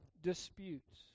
disputes